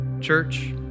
Church